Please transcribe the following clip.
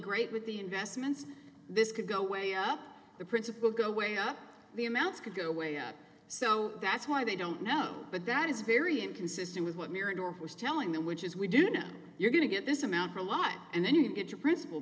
great with the investments this could go way up the principal go way up the amounts could go way up so that's why they don't know but that is very inconsistent with what mirador was telling them which is we do know you're going to get this amount from line and then you get your principal